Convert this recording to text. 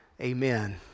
Amen